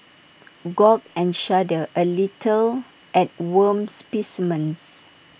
gawk and shudder A little at worm specimens